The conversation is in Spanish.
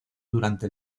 durante